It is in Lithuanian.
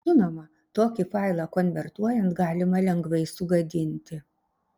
žinoma tokį failą konvertuojant galima lengvai sugadinti